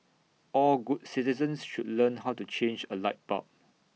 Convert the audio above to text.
all good citizens should learn how to change A light bulb